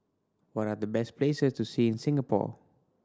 what are the best places to see in Singapore